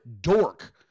dork